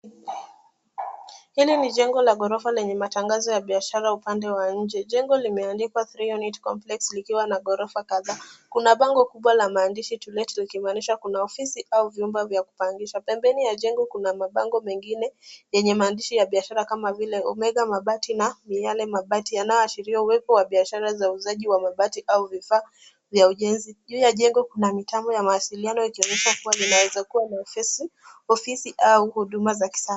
Hili ni jengo la ghorofa nyingi lenye matangazo ya kibiashara upande wa nje. Jengo limeundwa kama sehemu tatu za makazi zenye ghorofa kadhaa. Kuna bango kubwa lenye maandishi linaloonyesha kuwa kuna ofisi au vyumba vya kupangisha. Jengo hili lina mabango mengine yenye matangazo ya biashara kama ile ya Omega Mabati, ambayo ni kampuni inayojihusisha na uzalishaji wa mabati na vifaa vya ujenzi. Jengo pia lina mitambo ya mawasiliano inayoashiria kuwa linaweza kuwa na ofisi za huduma za kibiashara.